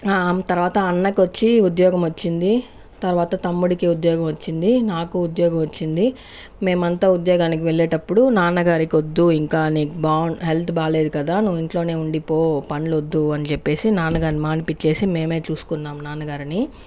తర్వాత అన్నకొచ్చి ఉద్యోగం వచ్చింది తర్వాత తమ్ముడికి ఉద్యోగం వచ్చింది నాకు ఉద్యోగం వచ్చింది మేమంతా ఉద్యోగానికి వెళ్ళేటప్పుడు నాన్నగారిక వద్దు ఇంకా నీకు బావుం హెల్త్ బాగాలేదు కదా నువ్వు ఇంట్లోనే ఉండిపో పనులు వద్దని చెప్పేసి నాన్నగారిని మాన్పించేసి మేమే చూసుకున్నాం నాన్నగారిని